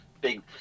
big